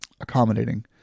accommodating